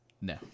No